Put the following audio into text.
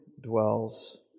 dwells